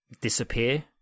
disappear